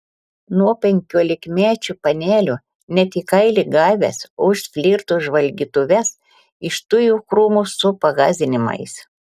nuo penkiolikmečių panelių net į kailį gavęs už flirto žvalgytuves iš tujų krūmų su pagąsdinimais